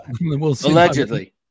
Allegedly